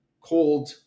cold